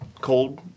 cold